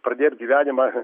pradėt gyvenimą